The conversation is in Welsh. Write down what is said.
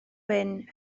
wyn